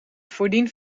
voordien